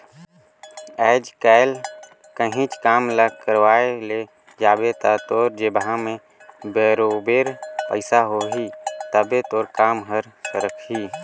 आएज काएल काहींच काम ल करवाए ले जाबे ता तोर जेबहा में बरोबेर पइसा होही तबे तोर काम हर सरकही